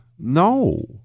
No